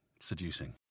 seducing